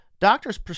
doctors